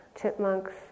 chipmunks